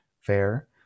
fair